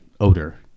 odor